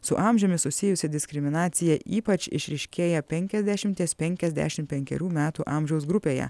su amžiumi susijusi diskriminacija ypač išryškėja penkiasdešimties penkiasdešim penkerių metų amžiaus grupėje